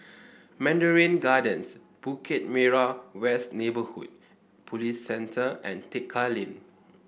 Mandarin Gardens Bukit Merah West Neighbourhood Police Centre and Tekka Lane